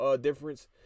difference